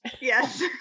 Yes